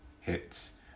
hits